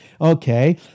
Okay